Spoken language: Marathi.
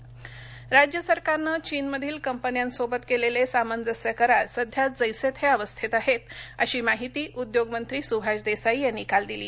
सुभाष देसाई राज्य सरकारनं चीनमधील कंपन्यांसोबत केलेले सामंजस्य करार सध्या जैसे थे अवस्थेत आहेत अशी माहिती उद्योगमंत्री सुभाष देसाई यांनी काल दिली